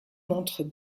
montrent